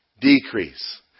decrease